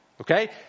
okay